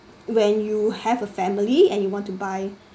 when you have a family and you want to buy